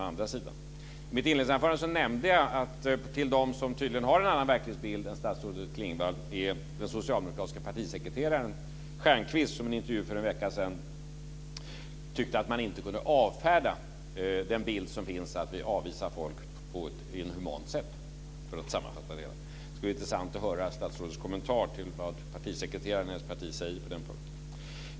I mitt inledningsanförande nämnde jag att till de som har en annan verklighetsbild än statsrådet hör den socialdemokratiske partisekreteraren Stjernkvist som i en intervju för en vecka sedan tyckte att man inte skulle avfärda den bild som finns av att vi avvisar folk på ett inhumant sätt - för att sammanfatta det hela. Det skulle vara intressant att höra statsrådets kommentar till det som partisekreteraren i hennes parti säger på den punkten.